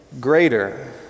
greater